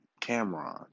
Cameron